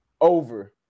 over